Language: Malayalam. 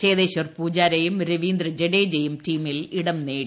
ചേതേശ്വർ പൂജാരയും രവീന്ദ്ര ജഡേജയും ടീമിൽ ഇടം നേടി